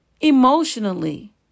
emotionally